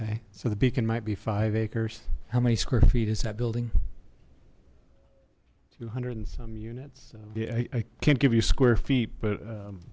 okay so the beacon might be five acres how many square feet is that building two hundred and some units yeah i can't give you square feet but